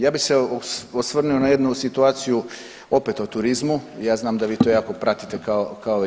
Ja bih se osvrnuo na jednu situaciju opet o turizmu, ja znam da vi to jako pratite kao i ja.